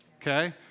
okay